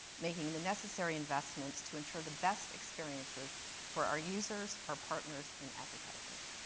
making the necessary investments to ensure the best experiences for our users our partners, and advertisers.